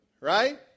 Right